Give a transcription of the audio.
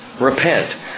repent